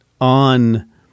on